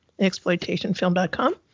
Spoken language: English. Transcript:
ExploitationFilm.com